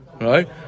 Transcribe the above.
right